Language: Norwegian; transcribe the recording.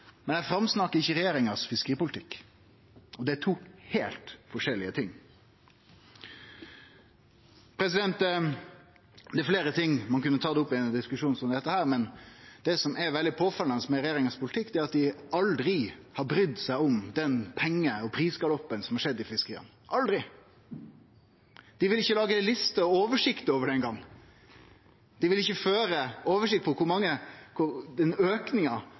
men eg framsnakkar ikkje fiskeripolitikken til regjeringa. Det er to heilt forskjellige ting. Det er fleire ting ein kunne tatt opp i ein diskusjon som dette, men det som er veldig påfallande med politikken til regjeringa, er at dei aldri har brydd seg om den penge- og prisgaloppen som har skjedd i fiskeria – aldri! Dei vil ikkje eingong lage ei liste eller ei oversikt over det. Dei vil ikkje føre ei oversikt